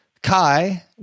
Kai